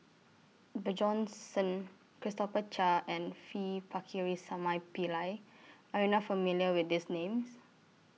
Bjorn Shen Christopher Chia and V Pakirisamy Pillai Are YOU not familiar with These Names